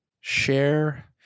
Share